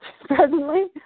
presently